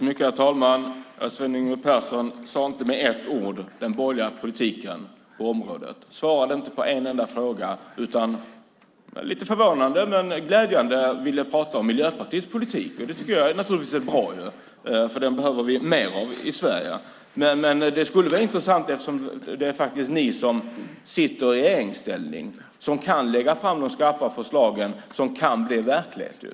Herr talman! Sven Yngve Persson beskrev inte med ett enda ord den borgerliga politiken på området. Han svarade inte på en enda fråga utan ville, lite förvånande men glädjande, prata om Miljöpartiets politik. Det tycker jag naturligtvis är bra, för den behöver vi mer av i Sverige. Men det är faktiskt ni som sitter i regeringsställning och kan lägga fram de skarpa förslag som kan bli verklighet.